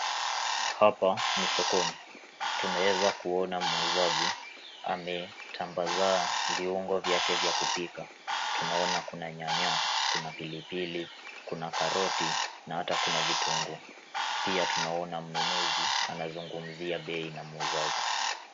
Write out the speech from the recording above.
Hapa ni sokoni. Tunaweza kuona muuzaji ametandaza viungo vyake vya kupika. Tunaona kuna nyanya, kuna pilipili, kuna karoti na hata kuna vitunguu. Pia tunaona mnunuzi anazungumzia bei na muuzaji.